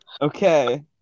Okay